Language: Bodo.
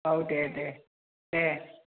औ दे दे दे